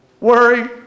worry